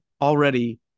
already